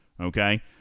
okay